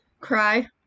Cry